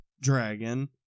dragon